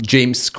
James